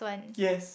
yes